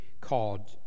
called